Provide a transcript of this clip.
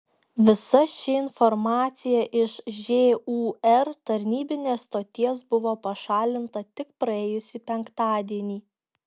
visa ši informacija iš žūr tarnybinės stoties buvo pašalinta tik praėjusį penktadienį